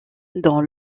dans